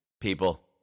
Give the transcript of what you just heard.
people